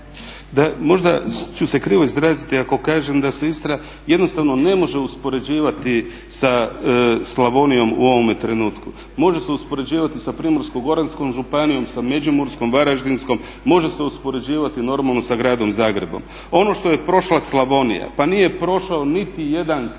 Možda ću se krivo izraziti ako kažem da se Istra jednostavno ne može uspoređivati sa Slavonijom u ovome trenutku. Može se uspoređivati sa Primorsko-goranskom županijom, sa Međimurskom, Varaždinskom, može se uspoređivati normalno sa gradom Zagrebom. Ono što je prošla Slavonija pa nije prošao niti jedan kraj